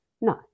No